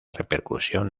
repercusión